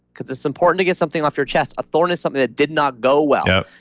because it's important to get something off your chest. a thorn is something that did not go well.